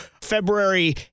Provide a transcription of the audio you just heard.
February